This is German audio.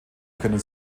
können